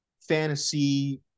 fantasy